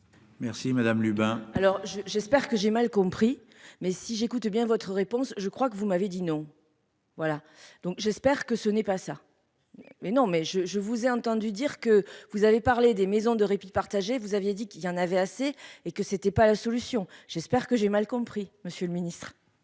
Merci madame Lubin. Alors je, j'espère que j'ai mal compris mais si j'écoute bien votre réponse, je crois que vous m'avez dit non. Voilà donc j'espère que ce n'est pas ça. Mais non mais je, je vous ai entendu dire que vous avez parlé des maisons de répit. Vous aviez dit qu'il y en avait assez et que c'était pas la solution. J'espère que j'ai mal compris, Monsieur le Ministre.